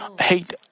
hate